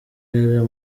yari